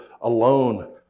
alone